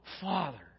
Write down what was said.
Father